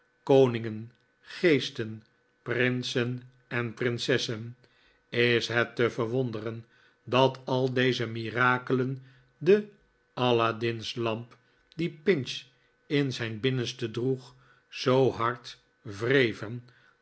koningen geesten prinsen en prinsessen is het te verwonderen dat al deze mirakelen de aladdins lamp die pinch in zijn binnenste droeg zoo hard wreven